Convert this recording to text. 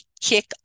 kick